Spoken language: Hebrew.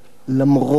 למרות הממשלה.